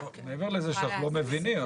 מעבר לזה שאנחנו לא מבינים,